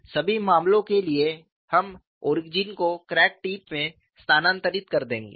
सभी मामलों के लिए हम ओरिजिन को क्रैक टिप में स्थानांतरित कर देंगे